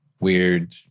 weird